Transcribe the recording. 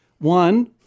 one